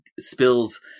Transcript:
spills